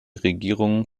regierung